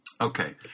Okay